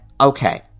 okay